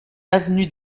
avenue